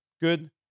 good